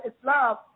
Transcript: Islam